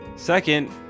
Second